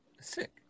Sick